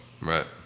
Right